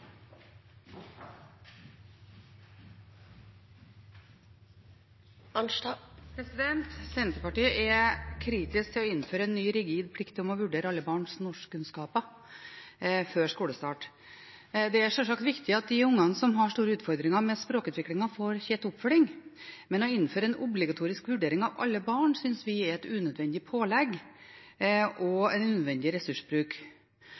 kritisk til å innføre en ny rigid plikt til å vurdere alle barns norskkunnskaper før skolestart. Det er sjølsagt viktig at de ungene som har store utfordringer med språkutviklingen, får tett oppfølging, men å innføre en obligatorisk vurdering av alle barn synes vi er et unødvendig pålegg og en unødvendig ressursbruk.